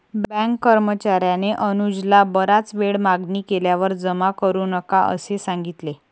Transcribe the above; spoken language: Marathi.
बँक कर्मचार्याने अनुजला बराच वेळ मागणी केल्यावर जमा करू नका असे सांगितले